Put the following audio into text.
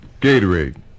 Gatorade